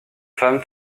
femmes